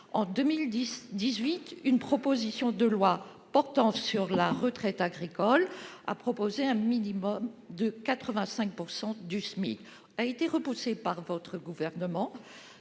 En 2018, une proposition de loi portant sur la retraite agricole avançait un minimum de 85 % du SMIC. Elle a été repoussée par le Gouvernement,